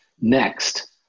next